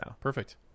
Perfect